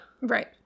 Right